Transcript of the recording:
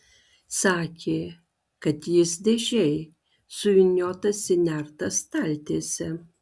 sakė kad jis dėžėj suvyniotas į nertą staltiesę